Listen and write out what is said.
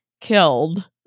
killed